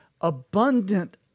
Abundant